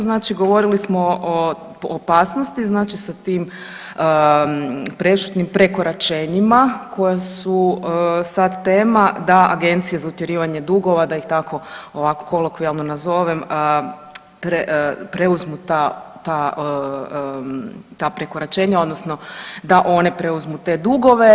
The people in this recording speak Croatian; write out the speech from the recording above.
Znači govorili smo o opasnosti, znači sa tim prešutnim prekoračenjima koja su sad tema da agencije za utjerivanje dugova da ih ovako kolokvijalno nazovem preuzmu ta prekoračenja, odnosno da one preuzmu te dugove.